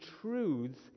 truths